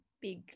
big